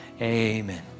Amen